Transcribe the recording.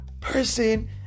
person